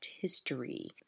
history